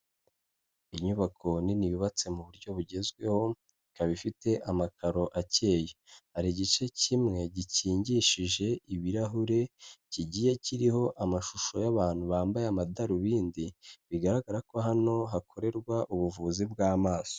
Inyubako nini yubatse mu buryo bugezweho, ikaba ifite amakaro akeye, hari igice kimwe gikingishije ibirahure kigiye kiriho amashusho y'abantu bambaye amadarubindi, bigaragara ko hano hakorerwa ubuvuzi bw'amaso.